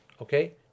Okay